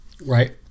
right